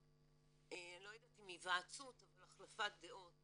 לאחר, לא יודעת אם היוועצות, אבל החלפת דעות